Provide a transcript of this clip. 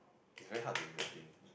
is very hard to imagine